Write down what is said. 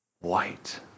White